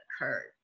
occurred